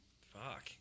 Fuck